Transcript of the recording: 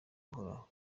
buhoraho